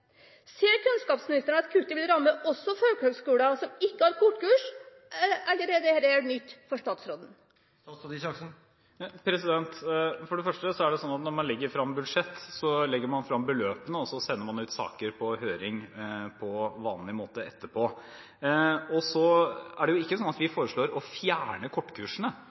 Ser kunnskapsministeren at kuttet også vil ramme folkehøyskoler som ikke har kortkurs, eller er dette nytt for statsråden? For det første er det sånn at når man legger frem et budsjett, så legger man frem beløpene, og så sender man ut saker på høring på vanlig måte etterpå. For det andre er det ikke sånn at vi foreslår å fjerne kortkursene.